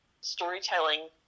storytelling